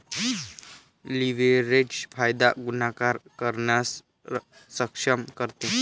leverage फायदा गुणाकार करण्यास सक्षम करते